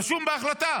רשום בהחלטה.